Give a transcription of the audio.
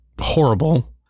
horrible